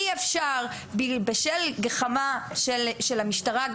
אי אפשר בשל גחמה של המשטרה,